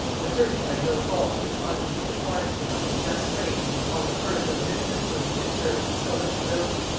but certainly by no faults which ought to have deprived him of his just claims on the purse of a mistress whom, he had served with so much ability,